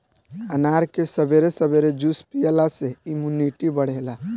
अनार के सबेरे सबेरे जूस पियला से इमुनिटी बढ़ेला